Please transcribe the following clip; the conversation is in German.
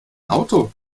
auto